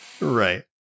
Right